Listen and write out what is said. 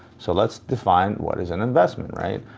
so, let's define what is an investment, right?